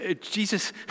Jesus